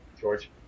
George